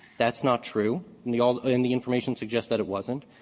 that's not true. and the all and the information suggests that it wasn't.